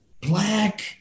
Black